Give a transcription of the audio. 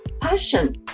passion